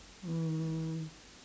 hmm